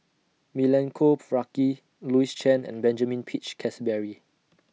Milenko Prvacki Louis Chen and Benjamin Peach Keasberry